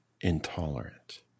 intolerant